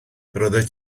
roeddet